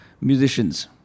musicians